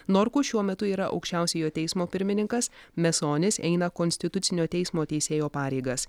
norkus šiuo metu yra aukščiausiojo teismo pirmininkas mesonis eina konstitucinio teismo teisėjo pareigas